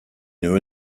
new